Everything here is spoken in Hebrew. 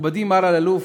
מכובדי מר אלאלוף,